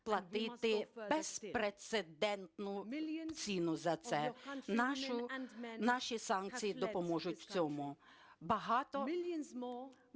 платити безпрецедентну ціну за це, наші санкції допоможуть в цьому. Мільйони